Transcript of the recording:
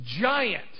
giant